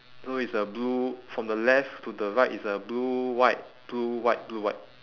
no it's a blue from the left to the right it's a blue white blue white blue white